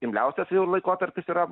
imliausias jų laikotarpis yra